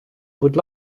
будь